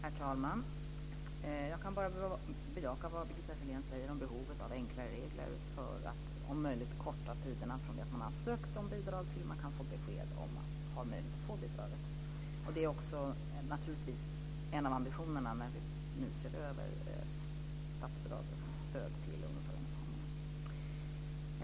Herr talman! Jag kan bara bejaka vad Birgitta Sellén säger om behovet av enklare regler för att, om möjligt, korta tiderna från det att man har sökt bidrag till dess att man kan få besked om man har möjlighet att få bidraget. Det är naturligtvis också en av ambitionerna när vi nu ser över statsbidraget, som ett stöd till ungdomsorganisationerna.